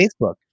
Facebook